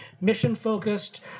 mission-focused